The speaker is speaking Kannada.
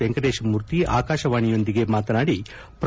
ವೆಂಕಟೇಶ್ ಮೂರ್ತಿ ಆಕಾಶವಾಣಿಯೊಂದದಿಗೆ ಮಾತನಾಡಿ ಪ್ರೊ